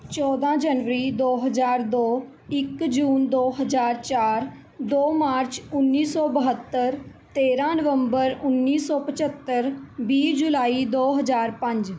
ਚੌਦਾਂ ਜਨਵਰੀ ਦੋ ਹਜ਼ਾਰ ਦੋ ਇੱਕ ਜੂਨ ਦੋ ਹਜ਼ਾਰ ਚਾਰ ਦੋ ਮਾਰਚ ਉੱਨੀ ਸੌ ਬਹੱਤਰ ਤੇਰ੍ਹਾਂ ਨਵੰਬਰ ਉੱਨੀ ਸੌ ਪੰਝੱਤਰ ਵੀਹ ਜੁਲਾਈ ਦੋ ਹਜ਼ਾਰ ਪੰਜ